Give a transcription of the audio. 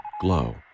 glow